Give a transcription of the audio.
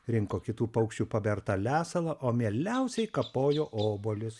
rinko kitų paukščių pabertą lesalą o mieliausiai kapojo obuolius